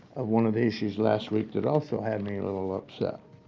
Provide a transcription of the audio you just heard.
of one of the issues last week that also had me a little upset